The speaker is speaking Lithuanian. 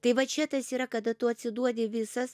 tai va čia tas yra kada tu atsiduodi visas